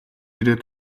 ирээд